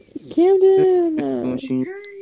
Camden